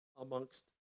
amongst